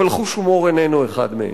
אבל חוש הומור איננו אחד מהם,